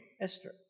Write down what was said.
Esther